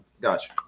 gotcha